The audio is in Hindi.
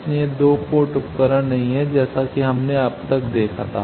इसलिए ये 2 पोर्ट उपकरण नहीं हैं जैसा कि हमने अब तक देखा है